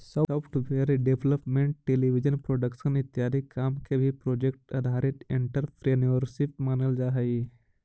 software development television production इत्यादि काम के भी प्रोजेक्ट आधारित एंटरप्रेन्योरशिप मानल जा हई